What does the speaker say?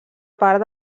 part